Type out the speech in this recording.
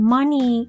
Money